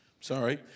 sorry